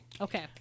Okay